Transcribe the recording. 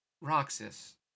Roxas